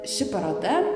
ši paroda